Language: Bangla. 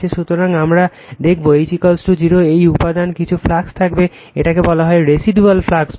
সুতরাং আমরা দেখব যখন H 0 এই উপাদানে কিছু ফ্লাক্স থাকবে এটাকে আসলে রেসিডুয়াল ফ্লাক্স বলে